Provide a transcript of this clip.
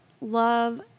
love